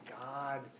God